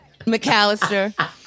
McAllister